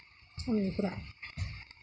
खामनिफोरा